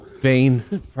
vain